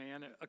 man